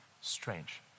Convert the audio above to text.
Strange